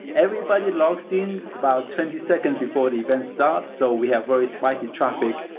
everybody logs in about twenty seconds before the event starts. so we have very spiky traffic,